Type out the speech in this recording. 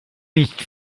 nicht